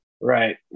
Right